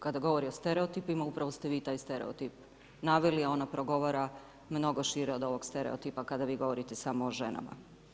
Kada govori o stereotipima, upravo ste vi taj stereotip naveli, a ona progovara mnogo šire od ovog stereotipa kada vi govorite samo o ženama.